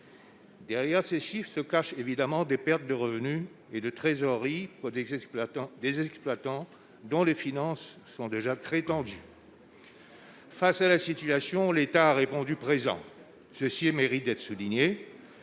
Derrière ce chiffre se cache évidemment des pertes de revenus et de trésorerie des exploitants des exploitants dont les finances sont déjà très tendu. Face à la situation, l'État a répondu présent, ceci et mérite d'être soulignée